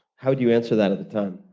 how would you answer that at the time?